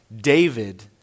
David